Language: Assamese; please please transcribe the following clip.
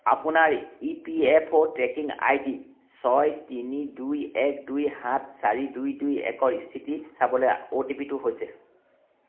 আপোনাৰ ইপিএফঅ' ট্ৰেকিং আইডি ছয় তিনি দুই এক দুই সাত চাৰি দুই দুই একৰ স্থিতি চাবলৈ অ'টিপিটো হৈছে